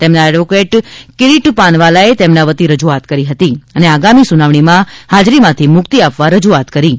તેમના એડવોકેટ કીરીટ પાનવાલાએ તેમના વતી રજૂઆત કરી હતી અને આગામી સુનાવણીમાં હાજરીમાંથી મુક્તિ આપવા રજૂઆત કરી હતી